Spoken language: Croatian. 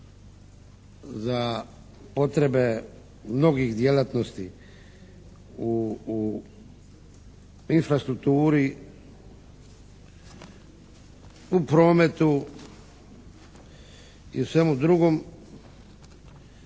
za potrebe mnogih djelatnosti u infrastrukturi, u prometu i u svemu drugom.